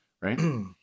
Right